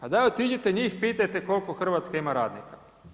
Pa otiđite i njih pitajte koliko Hrvatska ima radnika.